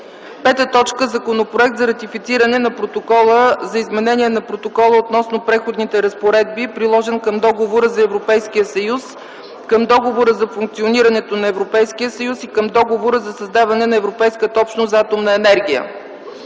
съюз. 5. Законопроект за ратифициране на Протокола за изменение на Протокола относно преходните разпоредби, приложен към Договора за Европейския съюз, към Договора за функционирането на Европейския съюз и към Договора за създаване на Европейската общност за атомна енергия.